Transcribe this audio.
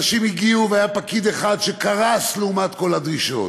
אנשים הגיעו והיה פקיד אחד שקרס מול כל הדרישות.